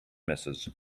misses